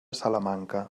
salamanca